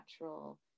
natural